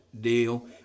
deal